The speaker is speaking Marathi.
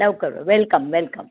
लवकरू वेलकम वेलकम